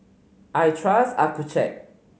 I trust Accucheck